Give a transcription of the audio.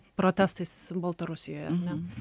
protestais baltarusijoje ar ne